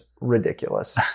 ridiculous